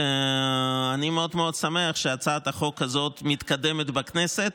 אני מאוד מאוד שמח שהצעת החוק הזאת מתקדמת בכנסת,